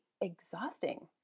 exhausting